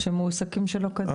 שמועסקים שלא כדין?